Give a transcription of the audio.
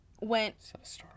went